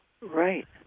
Right